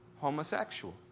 homosexual